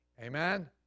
Amen